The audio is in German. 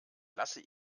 lasse